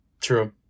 True